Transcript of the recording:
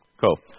Cool